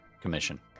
commission